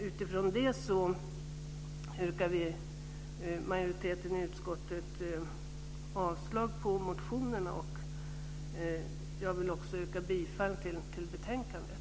Utifrån det yrkar majoriteten i utskottet avslag på motionerna. Jag vill också yrka bifall till hemställan i betänkandet.